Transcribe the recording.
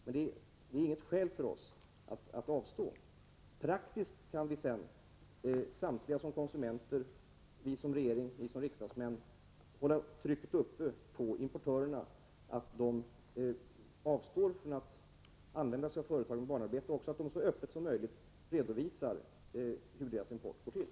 Men det är inget skäl för oss att avstå. Praktiskt kan vi sedan — samtliga som konsumenter, vi som regering, ni som riksdagsmän — bibehålla trycket på importörerna, så att de avstår från att använda sig av företag med barnarbete och så att de så öppet som möjligt redovisar hur deras import går till.